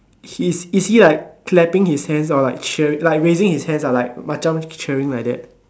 he's is he like clapping his hands or like cheering like raising his hands like macam cheering like that